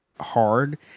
hard